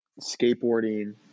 skateboarding